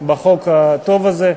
בחוק הטוב הזה.